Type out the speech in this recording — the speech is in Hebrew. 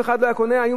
היו מצילים אותם.